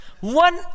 one